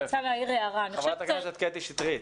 חברת הכנסת קטי שטרית.